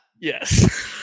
Yes